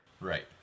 Right